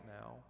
now